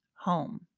home